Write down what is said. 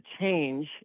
change